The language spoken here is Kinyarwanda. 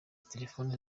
telefone